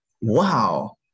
wow